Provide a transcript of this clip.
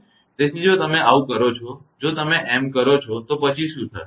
તેથી જો તમે આવું કરો છો જો તમે એમ કરો છો તો પછી શું થશે